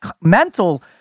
mental